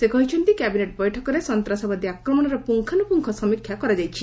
ସେ କହିଛନ୍ତି କ୍ୟାବିନେଟ୍ ବୈଠକରେ ସନ୍ତାସବାଦୀ ଆକ୍ରମଣର ପୁଙ୍ଗାନୁପୁଙ୍ଗ ସମୀକ୍ଷା କରାଯାଇଛି